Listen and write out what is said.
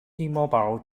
mobile